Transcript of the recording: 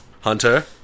Hunter